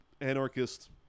anarchist